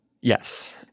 Yes